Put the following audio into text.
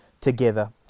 together